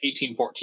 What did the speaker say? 1814